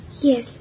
Yes